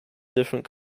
different